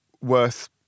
worth